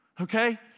Okay